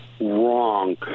wrong